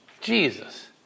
Jesus